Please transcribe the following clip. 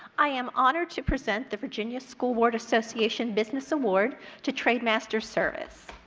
i am honored to present the virginia school board association business award to trademasters service.